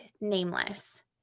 nameless